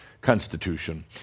Constitution